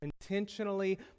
intentionally